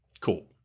Cool